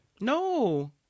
No